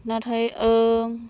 नाथाय